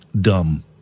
dumb